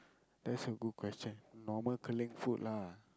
that's a good question normal Keling food lah